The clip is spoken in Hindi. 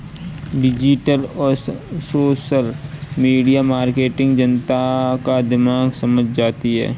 डिजिटल और सोशल मीडिया मार्केटिंग जनता का दिमाग समझ जाती है